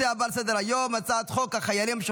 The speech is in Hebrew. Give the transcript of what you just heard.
אני קובע כי הצעת חוק הגנת הצרכן